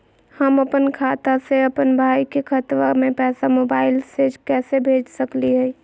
हम अपन खाता से अपन भाई के खतवा में पैसा मोबाईल से कैसे भेज सकली हई?